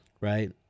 Right